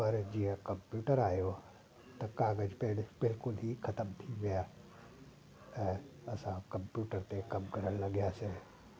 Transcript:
पर जीअं कंप्यूटर आयो त क़ाग़ज पेन बिल्कुल ई ख़तमु थी विया ऐं असां कंप्यूटर ते कमु करणु लॻियासीं